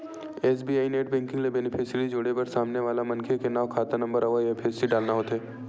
SBI net banking म beneficiary जोड़े बर सामने वाला मनखे के नांव, खाता नंबर अउ आई.एफ.एस.सी डालना होथे